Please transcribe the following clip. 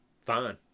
fine